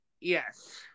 Yes